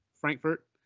Frankfurt